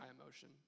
emotion